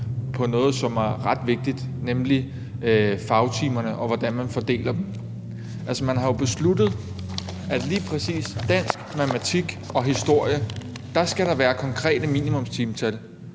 til noget, som er ret vigtigt, nemlig fagtimerne, og hvordan man fordeler dem. Altså, man har jo besluttet, at lige præcis dansk, matematik og historie skal der være konkrete minimumstimetal